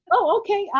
okay,